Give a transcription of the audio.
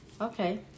Okay